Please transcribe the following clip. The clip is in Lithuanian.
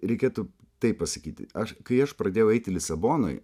reikėtų taip pasakyti aš kai aš pradėjau eiti lisabonoj